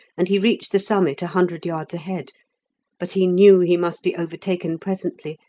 and he reached the summit a hundred yards ahead but he knew he must be overtaken presently,